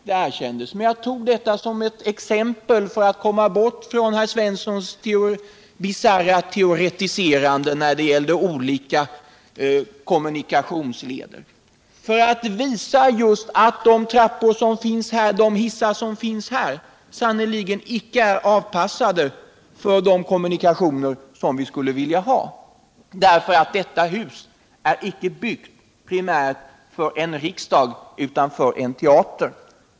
Det erkänns, men jag tog det som ett exempel för att komma ifrån Olle Svenssons bisarra teoretiserande när det gällde olika kommunikationsleder. Jag ville visa att de trappor och hissar som finns här sannerligen inte är avpassade till de kommunikationer som vi behöver, eftersom detta hus inte är byggt primärt för en riksdag utan för en teater.